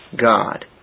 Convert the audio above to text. God